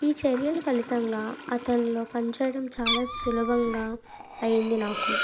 ఈ చర్యల ఫలితంగా అతనిలో పనిచేయడం చాలా సులభంగా అయింది నాకు